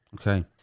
Okay